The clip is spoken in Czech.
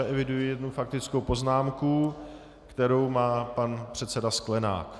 Eviduji jednu faktickou poznámku, kterou má pan předseda Sklenák.